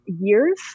years